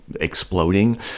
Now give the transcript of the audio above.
exploding